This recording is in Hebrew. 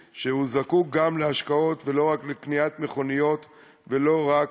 שזקוק גם להשקעות ולא רק לקניית מכוניות ולא רק